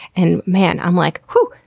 and man, i'm like, whoo!